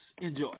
Enjoy